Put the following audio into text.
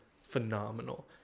phenomenal